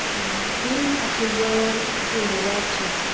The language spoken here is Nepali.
तिन अक्टोबर दुई हजार छः